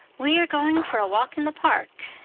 we are going for a walk in the park,